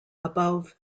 above